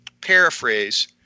paraphrase